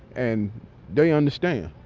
and they understand